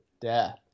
death